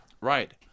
Right